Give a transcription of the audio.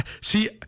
See